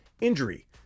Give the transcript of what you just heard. injury